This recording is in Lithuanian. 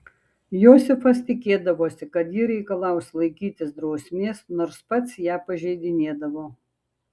josifas tikėdavosi kad ji reikalaus laikytis drausmės nors pats ją pažeidinėdavo